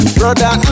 brother